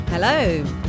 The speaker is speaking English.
Hello